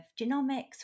genomics